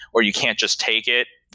or you can't just take it,